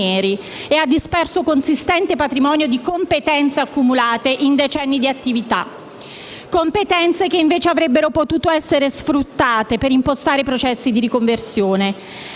e ha disperso consistente patrimonio di competenze accumulate in decenni attività; competenze che invece avrebbero potuto essere sfruttate per impostare processi di riconversione.